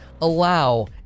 allow